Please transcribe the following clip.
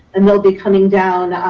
and they'll be coming down,